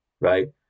right